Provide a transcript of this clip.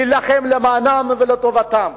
להילחם למענם ולטובתם.